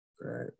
Right